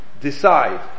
decide